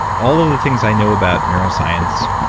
all of the things i know about neuroscience,